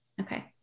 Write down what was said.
Okay